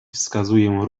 wskazuję